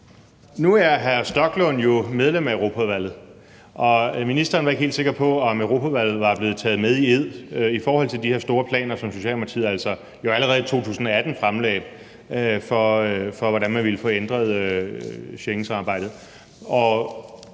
Nu er hr. Rasmus Stoklund jo medlem af Europaudvalget, og ministeren var ikke helt sikker på, om Europaudvalget var blevet taget i ed i forhold til de her store planer, som Socialdemokratiet jo altså allerede fremlagde i 2018, for, hvordan man ville få ændret Schengensamarbejdet.